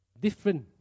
different